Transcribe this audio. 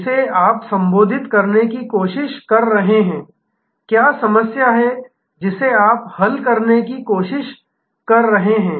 जिसे आप संबोधित करने की कोशिश कर रहे हैं क्या समस्या है जिसे आप हल करने की कोशिश कर रहे हैं